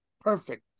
perfect